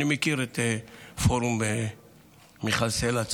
אני מכיר את פורום מיכל סלה.